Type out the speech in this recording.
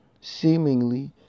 Seemingly